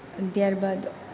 ત્યારબાદ